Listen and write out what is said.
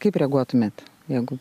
kaip reaguotumėt jeigu